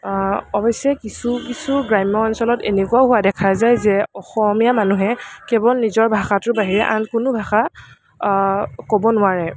অৱশ্য়ে কিছু কিছু গ্ৰাম্য অঞ্চলত এনেকুৱাও হোৱা দেখা যায় যে অসমীয়া মানুহে কেৱল নিজৰ ভাষাটোৰ বাহিৰে আন কোনো ভাষা ক'ব নোৱাৰে